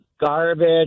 garbage